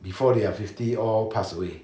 before they are fifty all passed away